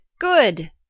good